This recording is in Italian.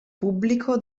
pubblico